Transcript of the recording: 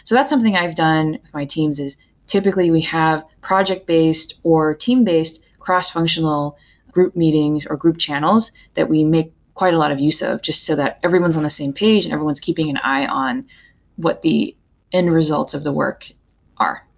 so that's something i've done for my team's is typically we have project-based, or team-based cross-functional group meetings, or group channels that we make quite a lot of use ah of, jus t so that everyone's on the same page and everyone's keeping an eye on what the end results of the work are.